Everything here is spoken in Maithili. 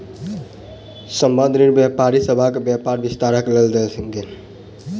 संबंद्ध ऋण व्यापारी सभ के व्यापार विस्तारक लेल देल गेल